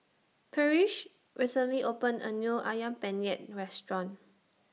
Parrish recently opened A New Ayam Penyet Restaurant